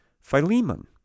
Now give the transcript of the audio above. Philemon